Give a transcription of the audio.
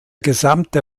gesamte